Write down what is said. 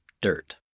dirt